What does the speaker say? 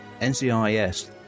NCIS